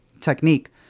technique